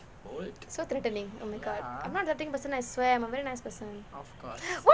so threatening oh my god I'm not a threatening person I swear I'm a very nice person